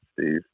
Steve